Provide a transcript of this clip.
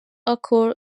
occur